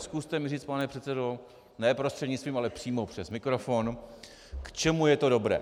Zkuste mi říct, pane předsedo, ne prostřednictvím, ale přímo přes mikrofon, k čemu je to dobré.